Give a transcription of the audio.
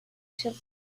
title